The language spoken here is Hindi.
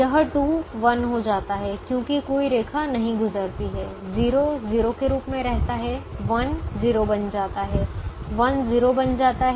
यह 2 1 हो जाता है क्योंकि कोई रेखा नहीं गुजरती है 0 0 के रूप में रहता है 1 0 बन जाता है 1 0 बन जाता है